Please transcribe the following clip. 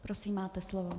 Prosím, máte slovo.